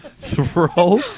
Throw